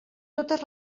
totes